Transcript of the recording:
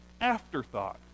afterthought